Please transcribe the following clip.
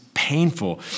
Painful